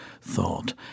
thought